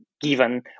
given